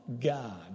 God